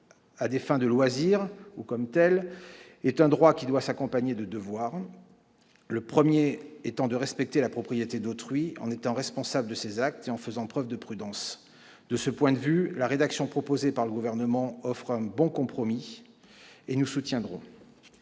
à des fins de loisirs est un droit qui doit s'accompagner de devoirs, le premier étant de respecter la propriété d'autrui, en étant responsable de ses actes et en faisant preuve de prudence. De ce point de vue, la rédaction proposée par le Gouvernement offre un bon compromis, que nous soutiendrons.